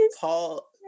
Paul